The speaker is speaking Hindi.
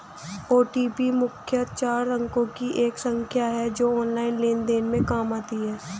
ओ.टी.पी मुख्यतः चार अंकों की एक संख्या है जो ऑनलाइन लेन देन में काम आती है